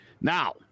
Now